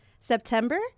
September